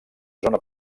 zona